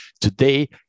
today